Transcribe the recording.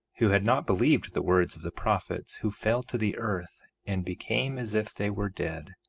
who had not believed the words of the prophets, who fell to the earth and became as if they were dead,